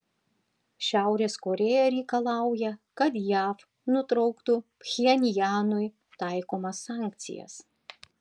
šiaurės korėja reikalauja kad jav nutrauktų pchenjanui taikomas sankcijas